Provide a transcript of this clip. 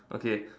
okay